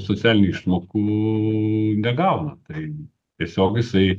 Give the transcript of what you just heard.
socialinių išmokų negauna tai tiesiog jisai